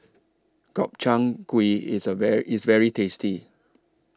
Gobchang Gui IS A IS very tasty